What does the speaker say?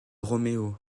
roméo